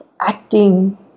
acting